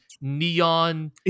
neon